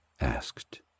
asked